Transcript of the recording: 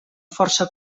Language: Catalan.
força